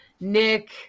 Nick